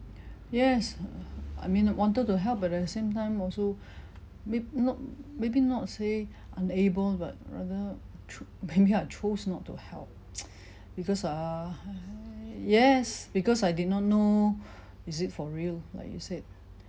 yes uh I mean wanted to help but at the same time also may not maybe not say unable but rather through maybe I chose not to help because err yes because I did not know is it for real like you said